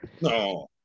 No